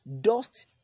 Dust